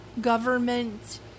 government